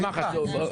(הישיבה נפסקה בשעה 10:06 ונתחדשה בשעה 10:38.)